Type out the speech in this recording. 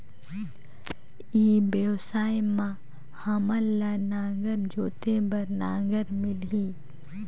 ई व्यवसाय मां हामन ला नागर जोते बार नागर मिलही?